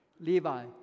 Levi